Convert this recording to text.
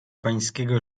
pańskiego